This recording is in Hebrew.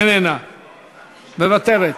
מוותרת.